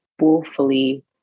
woefully